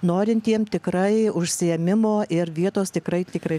norintiem tikrai užsiėmimo ir vietos tikrai tikrai